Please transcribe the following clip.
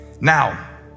Now